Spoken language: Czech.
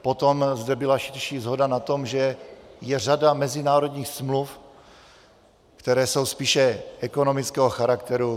Potom zde byla širší shoda na tom, že je řada mezinárodních smluv, které jsou spíše ekonomického charakteru.